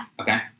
Okay